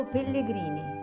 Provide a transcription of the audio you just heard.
Pellegrini